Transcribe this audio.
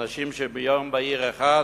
אנשים שביום בהיר אחד